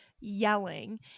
yelling